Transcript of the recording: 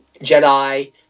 Jedi